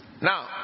Now